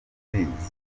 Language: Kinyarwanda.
impunzi